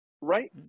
right